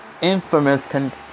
infamous